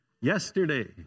yesterday